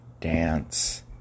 dance